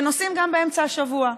ונוסעים גם באמצע השבוע.